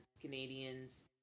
Canadians